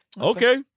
Okay